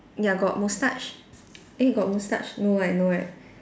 ya got moustache eh got moustache no right no right